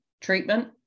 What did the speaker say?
treatment